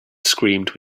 screamed